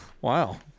Wow